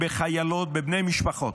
בחיילים, בחיילות, בבני משפחות.